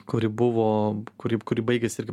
kuri buvo kuri kuri baigės irgi